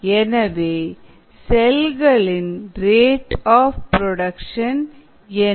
எனவே செல்களின் rate of production என்ன